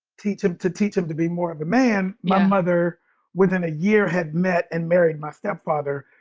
teach him, to teach him to be more of a man. my mother within a year had met and married my stepfather,